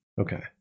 Okay